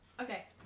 Okay